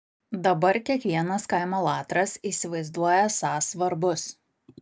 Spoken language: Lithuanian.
dabar kiekvienas kaimo latras įsivaizduoja esąs svarbus